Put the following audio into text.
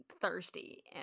thirsty